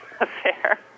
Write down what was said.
affair